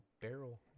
barrel